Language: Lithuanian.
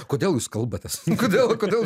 kodėl jūs kalbatės kodėl kodėl